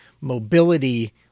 mobility